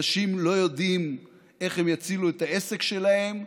אנשים לא יודעים איך הם יצילו את העסק שלהם,